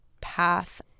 path